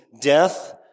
death